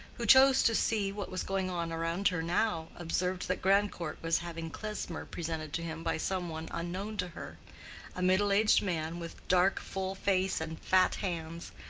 who chose to see what was going on around her now, observed that grandcourt was having klesmer presented to him by some one unknown to her a middle-aged man, with dark, full face and fat hands,